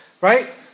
right